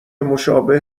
مشابه